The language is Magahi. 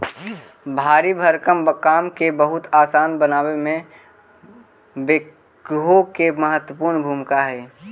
भारी भरकम काम के बहुत असान बनावे में बेक्हो के महत्त्वपूर्ण भूमिका हई